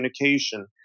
communication